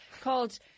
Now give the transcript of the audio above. called